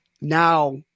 now